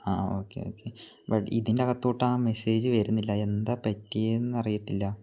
ആ okay okay but ഇതിൻ്റകത്തോട്ട് ആ മെസ്സേജ് വരുന്നില്ല എന്താണ് പറ്റിയെന്ന് അറിയത്തില്ല